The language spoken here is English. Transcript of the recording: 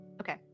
okay